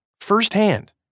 firsthand